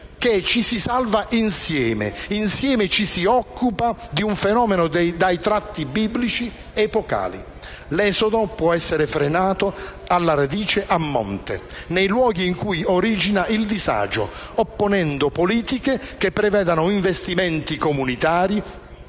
che ci si salva insieme e che insieme ci si occupa di un fenomeno dai tratti biblici epocali. L'esodo può essere frenato alla radice, a monte: nei luoghi in cui origina il disagio, opponendo politiche che prevedano investimenti comunitari